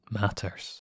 matters